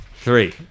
three